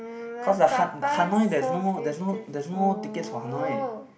cause the Ha~ hanoi there's no there's no there's no tickets for hanoi